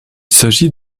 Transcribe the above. s’agit